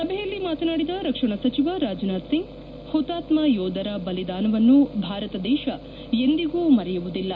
ಸಭೆಯಲ್ಲಿ ಮಾತನಾಡಿದ ರಕ್ಷಣಾ ಸಚಿವ ರಾಜನಾಥ್ ಸಿಂಗ್ ಹುತಾತ್ಮ ಯೋದರ ಬಲಿದಾನವನ್ನು ಭಾರತ ದೇಶ ಎಂದಿಗೂ ಮರೆಯುವುದಿಲ್ಲ